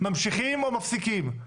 ממשיכים או מפסיקים?